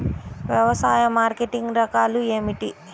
వ్యవసాయ మార్కెటింగ్ రకాలు ఏమిటి?